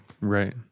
Right